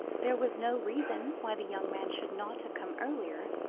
there was no reason why the young man should not have come earlier,